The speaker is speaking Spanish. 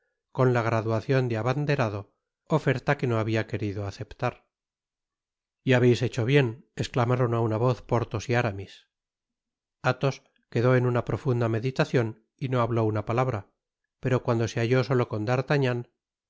con la graduacion de abanderado oferta que no habia querido aceptar y habeis hecho bien esclamaron á una voz porthos y aramis athos quedó en una profunda meditacion y no habló una palabra pero cuando se halló solo con